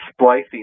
splicing